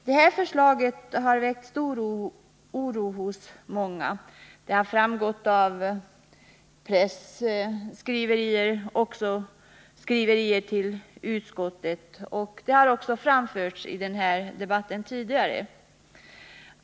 Det här förslaget har väckt stor oro hos många, vilket har framgått av pressen, av skrivelser till utskottet och av debatten tidigare.